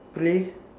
play